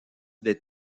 des